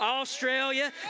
Australia